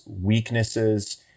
weaknesses